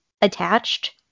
attached